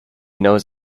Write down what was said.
knows